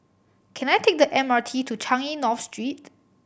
can I take the M R T to Changi North Street